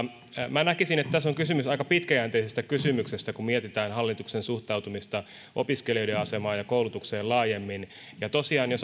minä näkisin että tässä on kysymys aika pitkäjänteisestä kysymyksestä kun mietitään hallituksen suhtautumista opiskelijoiden asemaan ja koulutukseen laajemmin jos tosiaan